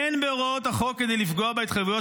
אין בהוראות החוק כדי לפגוע בהתחייבויות